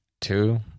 two